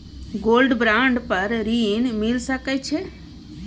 Gold bond पर ऋण मिल सके छै?